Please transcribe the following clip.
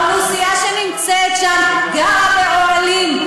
האוכלוסייה שנמצאת שם גרה באוהלים,